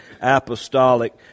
apostolic